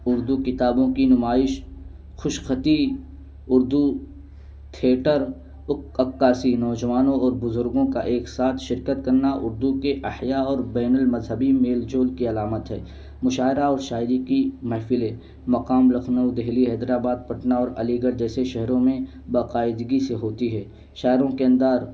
اردو کتابوں کی نمائش خوشخطتی اردو تھیٹر ا عکاسی نوجوانوں اور بزرگوں کا ایک ساتھ شرکت کرنا اردو کے اہیا اور بینل مذہبی میل جول کی علامت ہے مشاعرہ اور شاعری کی محفل ہے مقام لکھنؤ دہلی حیدر آباد پٹن اور علی گڑھ جیسے شہروں میں باقاعدگی سے ہوتی ہے شاعروں کے اندار